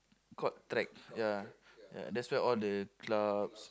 called track ya ya that's where all the clubs